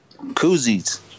Koozies